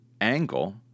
angle